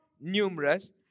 numerous